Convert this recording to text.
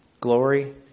glory